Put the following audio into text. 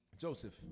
Joseph